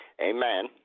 amen